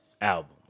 album